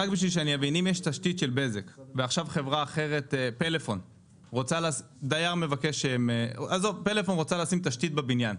נניח ויש תשתית של בזק ופלאפון רוצה לשים תשתית בבניין,